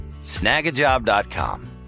Snagajob.com